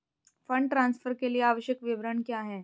Fund transfer के लिए आवश्यक विवरण क्या हैं?